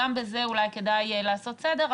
גם בזה אולי כדאי לעשות סדר,